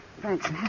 Thanks